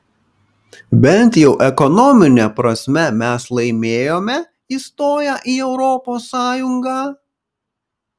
bent jau ekonomine prasme mes laimėjome įstoję į europos sąjungą